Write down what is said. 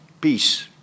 peace